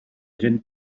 gent